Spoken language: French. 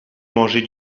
manger